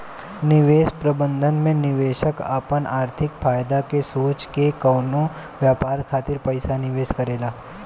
निवेश प्रबंधन में निवेशक आपन आर्थिक फायदा के सोच के कवनो व्यापार खातिर पइसा निवेश करेला